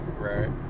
right